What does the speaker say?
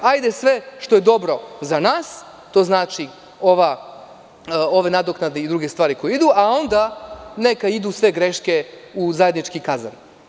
Hajde sve što je dobro za nas, to znači ove nadoknade i druge stvari koje idu, a onda neka idu sve greške u zajednički kazan.